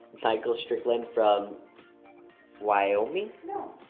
michael strickland from wyoming? no,